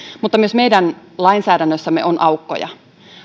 mutta myös meidän lainsäädännössämme on aukkoja